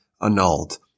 annulled